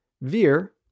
Veer